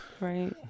right